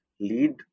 lead